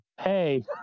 Hey